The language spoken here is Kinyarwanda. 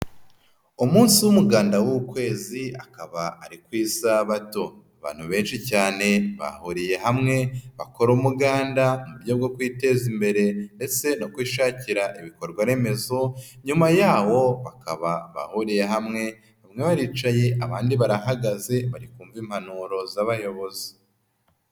Umunsi w'umuganda w'ukwezi akaba ari ku isabato, abantu benshi cyane bahuriye hamwe bakora umuganda mu buryo bwo kwiteza imbere ndetse no kwishakira ibikorwaremezo, nyuma yawo bakaba bahuriye hamwe bamwe baricaye, abandi barahagaze bari kumva impanuro z'abayobozi.